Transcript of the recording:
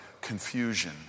confusion